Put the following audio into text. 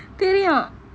தெரியும்:teriyum